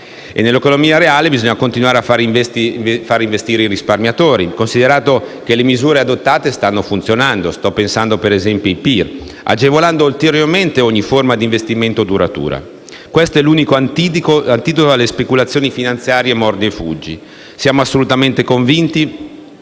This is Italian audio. Nell'economia reale bisogna continuare a fare investire i risparmiatori, considerato che le misure adottate funzionano (penso ad esempio ai PIR), agevolando ulteriormente ogni forma di investimento duratura. Questo è l'unico antidoto alle speculazioni finanziarie mordi e fuggi. Siamo assolutamente convinti